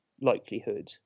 likelihood